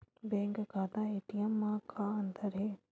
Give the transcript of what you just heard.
Bank खाता ATM मा का अंतर हे?